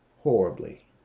horribly